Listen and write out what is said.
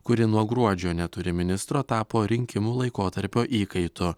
kuri nuo gruodžio neturi ministro tapo rinkimų laikotarpio įkaitu